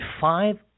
five